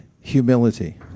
humility